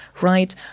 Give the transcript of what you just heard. right